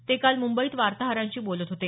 ते काल मुंबईत वार्ताहरांशी बोलत होते